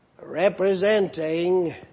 representing